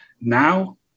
Now